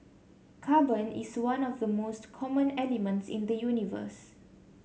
carbon is one of the most common elements in the universe